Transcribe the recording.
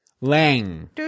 Lang